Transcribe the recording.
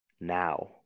Now